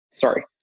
Sorry